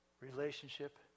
relationship